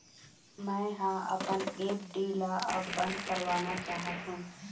मै ह अपन एफ.डी ला अब बंद करवाना चाहथों